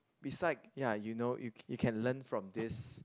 beside ya you know you you can learn from this